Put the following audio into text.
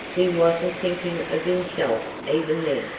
he wasn't thinking of himself even then,